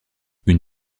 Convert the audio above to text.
une